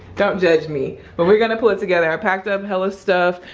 don't judge me. but we're gonna pull it together. i packed up hell of stuff,